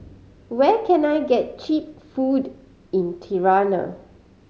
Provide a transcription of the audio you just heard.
where can I get cheap food in Tirana